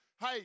Hey